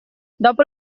dopo